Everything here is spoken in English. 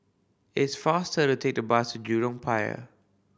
it is faster to take the bus to Jurong Pier